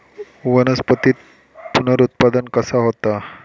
वनस्पतीत पुनरुत्पादन कसा होता?